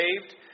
saved